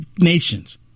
nations